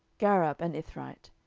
gareb an ithrite,